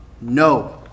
No